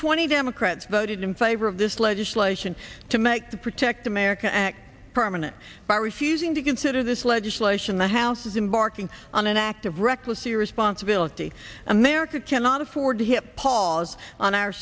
twenty democrats voted in favor of this legislation to make the protect america act permanent by refusing to consider this legislation the house is embarking on an act of reckless irresponsibility america cannot afford to hit pause on our